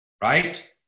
right